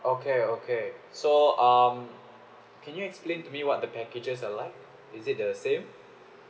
okay okay so um can you explain to me what the packages are like is it the same